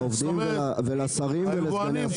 לעובדים ולשרים ולסגני השרים.